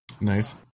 nice